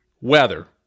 weather